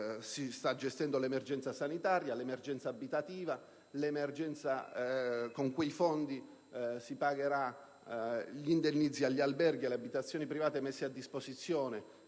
riguardano l'emergenza sanitaria, l'emergenza abitativa (con quei fondi si pagheranno gli indennizzi per gli alberghi e le abitazioni private messe a disposizione